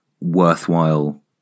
Worthwhile